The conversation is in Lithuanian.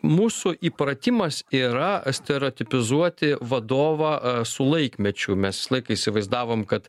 mūsų įpratimas yra stereotipizuoti vadovą su laikmečiu mes visą laiką įsivaizdavom kad